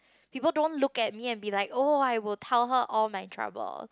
people don't look at me and be like oh I will tell her all my trouble